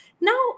now